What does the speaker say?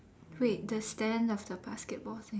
wait the stand of the basketball say